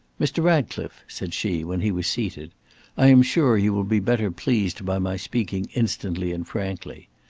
mr. ratcliffe, said she, when he was seated i am sure you will be better pleased by my speaking instantly and frankly.